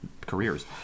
careers